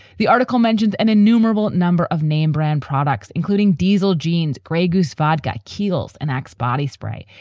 the article mentions an innumerable number of name brand products, including diesel jeans, grey goose vodka, kiehl's and axe body spray.